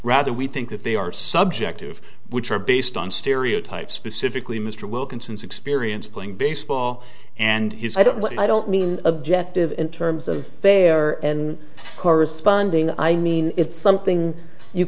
rather we think that they are subjective which are based on stereotypes specifically mr wilkinson's experience playing baseball and his i don't i don't mean objective in terms of their corresponding i mean it's something you